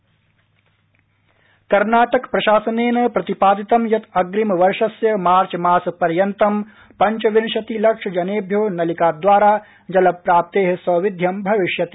कर्नाटक जल जीवन कर्नाटक प्रशासेन प्रतिपादितं यत् अग्रिम वर्षस्य मार्च मासपर्यन्तं पंचविंशति लक्ष जनेभ्यो नलिका द्वारा जलप्राप्ते सौविध्यं भविष्पति